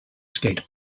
skate